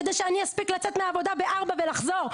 כדי שאני אספיק לצאת מהעבודה בארבע ולחזור,